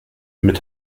mit